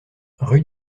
rue